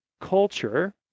culture